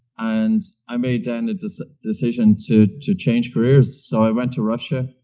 and i made then a decision decision to to change careers. so i went to russia.